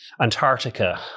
Antarctica